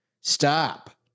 stop